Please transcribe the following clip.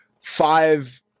five